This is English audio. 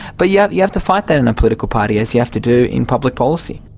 but yeah you have to fight that in a political party, as you have to do in public policy.